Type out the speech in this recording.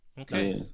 Okay